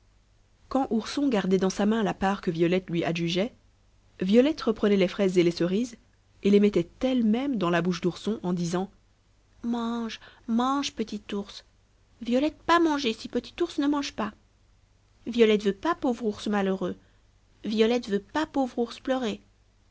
quand ourson gardait dans sa main la part que violette lui adjugeait violette reprenait les fraises et les cerises et les mettait elle-même dans la bouche d'ourson en disant mange mange petit ours violette pas manger si petit ours ne mange pas violette veut pas pauvre ours malheureux violette veut pas pauvre ours pleurer